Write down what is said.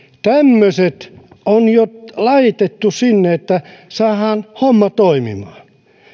tämmöiset on jo laitettu sinne että saadaan homma toimimaan